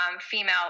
female